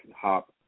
hop